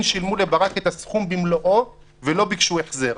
שילמו לברק את הסכום במלואו ולא ביקשו החזר.